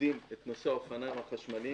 לומדים את נושא האופניים החשמליים,